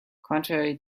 contrary